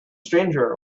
stranger